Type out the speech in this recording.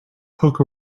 poke